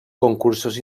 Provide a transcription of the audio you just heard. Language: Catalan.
concursos